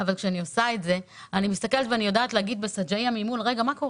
אני יודעת שכשבסג'עייה ממול יש אזור